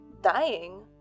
Dying